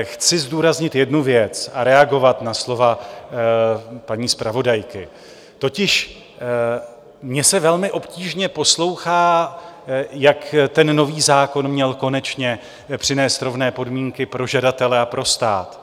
Chci zdůraznit jednu věc a reagovat na slova paní zpravodajky, totiž mně se velmi obtížně poslouchá, jak ten nový zákon měl konečně přinést rovné podmínky pro žadatele a pro stát.